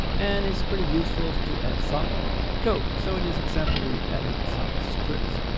and it's pretty useful to add some code. so in this example, we're adding some script.